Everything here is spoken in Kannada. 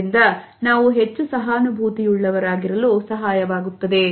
ಇದರಿಂದ ನಾವು ಹೆಚ್ಚು ಸಹಾನುಭೂತಿಯುಳ್ಳವರಾಗಿರಲು ಸಹಾಯವಾಗುತ್ತದೆ